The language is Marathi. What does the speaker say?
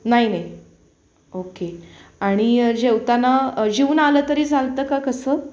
नाही नाही ओके आणि जेवताना जेवून आलं तरी चालतं का कसं